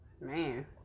man